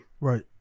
Right